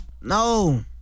No